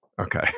Okay